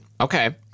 Okay